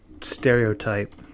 stereotype